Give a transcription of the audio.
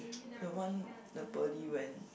the one the Pearly went